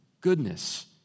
goodness